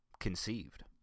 Conceived